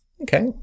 Okay